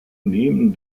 neben